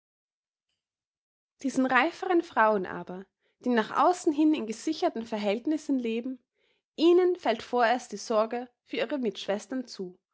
diesen reiferen frauen aber die nach außen hin in gesicherten verhältnissen leben ihnen fällt vorerst die sorge für ihre mitschwestern zu